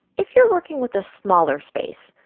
if you're working with a smaller space,